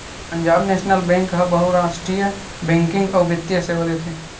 Punjab national bank ह बहुरास्टीय banking अउ बित्तीय सेवा देथे